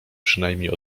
przynajmniej